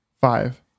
Five